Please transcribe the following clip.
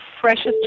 freshest